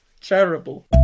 Terrible